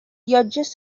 llotges